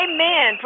Amen